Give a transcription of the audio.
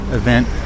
event